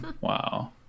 Wow